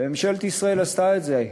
וממשלת ישראל עשתה את זה.